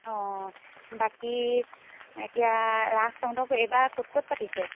অঁ বাকী এতিয়া ৰাস তহঁতৰ এইবাৰ ক'ত ক'ত পাতিছে